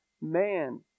man